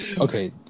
Okay